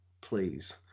please